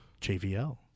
JVL